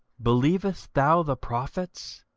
believest thou the prophets?